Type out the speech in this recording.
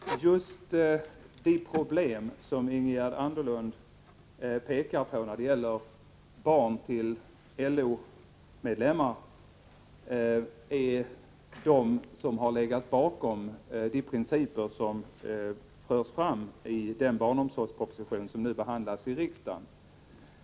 Herr talman! Just de problem som Ingegerd Anderlund pekar på när det gäller barn till LO-medlemmar har legat bakom de principer som förs fram i den barnomsorgsproposition som nu behandlas i riksdagen.